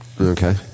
Okay